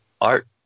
Art